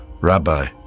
Rabbi